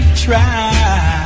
try